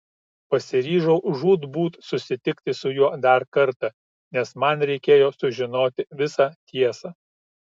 pasiryžau žūtbūt susitikti su juo dar kartą nes man reikėjo sužinoti visą tiesą